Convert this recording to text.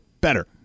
Better